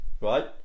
Right